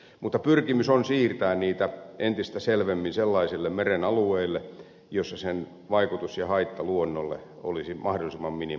mutta pyrkimys on siirtää niitä entistä selvemmin sellaisille meren alueille joissa niiden vaikutus ja haitta luonnolle olisi mahdollisimman minimaalinen